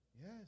Yes